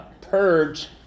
purge